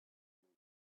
and